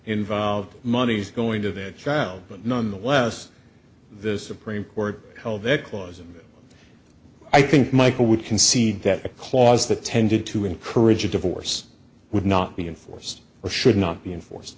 involved monies going to their child but nonetheless the supreme court held that clause in i think michael would concede that a clause that tended to encourage a divorce would not be enforced or should not be enforced